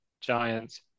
Giants